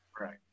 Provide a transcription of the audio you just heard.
Right